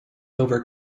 over